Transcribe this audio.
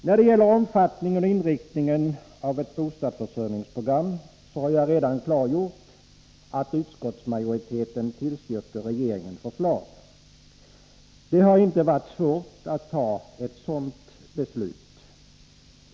När det gäller omfattningen och inriktningen av ett bostadsförsörjningsprogram har jag redan klargjort att utskottsmajoriteten tillstyrker regeringens förslag. Det har inte varit svårt att fatta ett sådant beslut.